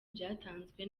byatanzwe